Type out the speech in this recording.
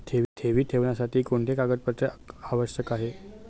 ठेवी ठेवण्यासाठी कोणते कागदपत्रे आवश्यक आहे?